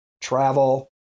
travel